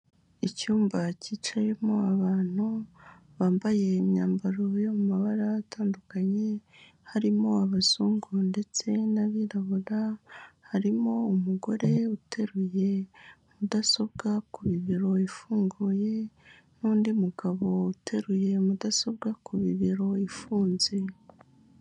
Icyumba cyicayemo abantu, bambaye imyambaro yo mu mabara atandukanye, harimo abazungu ndetse n'abirabura, harimo umugore uteruye mudasobwa ku bibero ifunguye, n'undi mugabo uteruye mudasobwa ku bibero ifunze.